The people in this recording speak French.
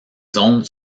zones